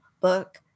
book